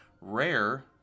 rare